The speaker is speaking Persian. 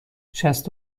شصت